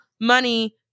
money